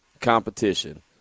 competition